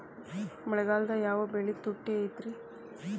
ಮಳೆಗಾಲದಾಗ ಯಾವ ಬೆಳಿ ತುಟ್ಟಿ ಇರ್ತದ?